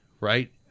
right